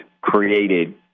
created